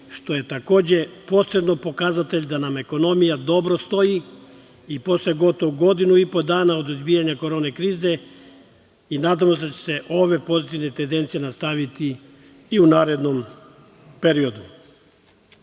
što je takođe posebno pokazatelj da nam je ekonomija dobro stoji i posle gotovo godinu i po dana od izbijanja korona krize i nadamo se da će se ove pozitivne tendencije nastaviti i u narednom